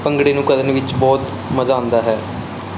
ਭੰਗੜੇ ਨੂੰ ਕਰਨ ਵਿੱਚ ਬਹੁਤ ਮਜ਼ਾ ਆਉਂਦਾ ਹੈ